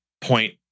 point